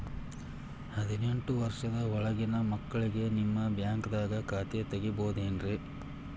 ಹದಿನೆಂಟು ವರ್ಷದ ಒಳಗಿನ ಮಕ್ಳಿಗೆ ನಿಮ್ಮ ಬ್ಯಾಂಕ್ದಾಗ ಖಾತೆ ತೆಗಿಬಹುದೆನ್ರಿ?